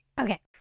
Okay